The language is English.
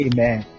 Amen